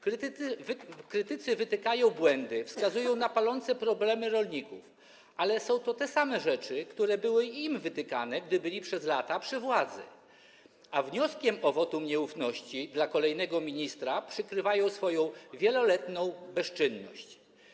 Krytycy wytykają błędy, wskazują na palące problemy rolników, ale są to te same rzeczy, które były i im wytykane, gdy byli przez lata przy władzy, a wnioskiem o wotum nieufności dla kolejnego ministra przykrywają oni swoją wieloletnią bezczynność.